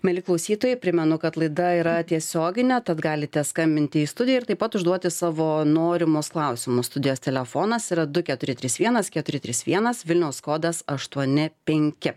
mieli klausytojai primenu kad laida yra tiesioginė tad galite skambinti į studiją ir taip pat užduoti savo norimus klausimus studijos telefonas yra du keturi trys vienas keturi trys vienas vilniaus kodas aštuoni penki